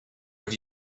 have